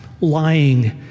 lying